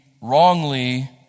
wrongly